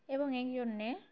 এবং এই জন্যে